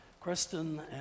Kristen